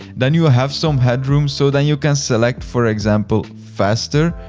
then you ah have some head room so then you can select, for example, faster.